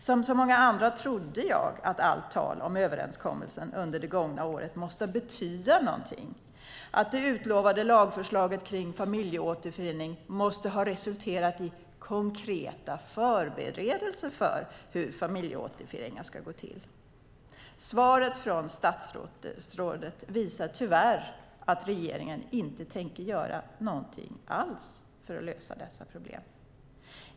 Som så många andra trodde jag att allt tal om överenskommelsen under det gångna året måste betyda någonting, att det utlovade lagförslaget kring familjeåterförening måste ha resulterat i konkreta förberedelser för hur familjeåterföreningar ska gå till. Svaret från statsrådet visar tyvärr att regeringen inte tänker göra någonting alls för att lösa dessa problem.